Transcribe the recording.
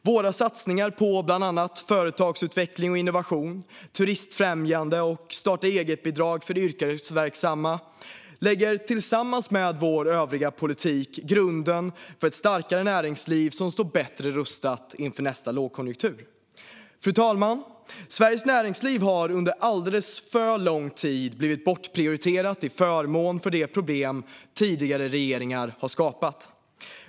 Våra satsningar på bland annat företagsutveckling och innovation, turistfrämjande och starta-eget-bidrag för yrkesverksamma lägger tillsammans med vår övriga politik grunden för ett starkare näringsliv som står bättre rustat inför nästa lågkonjunktur. Fru talman! Sveriges näringsliv har under alldeles för lång tid blivit bortprioriterat till förmån för de problem tidigare regeringar har skapat.